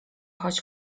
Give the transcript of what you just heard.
choć